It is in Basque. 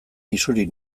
isuri